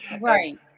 right